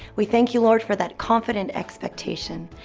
we thank you, lord, for that confident expectation.